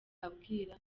abwira